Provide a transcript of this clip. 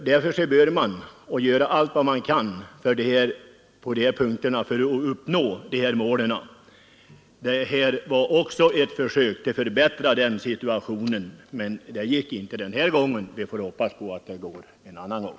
Därför bör man göra allt man kan för att uppnå målen på dessa punkter. Motionen var ett försök att förbättra den rådande situationen. Det gick inte den här gången, men jag hoppas att det går en annan gång.